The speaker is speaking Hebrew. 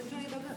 רוצים שאני אדבר.